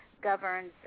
governs